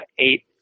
eight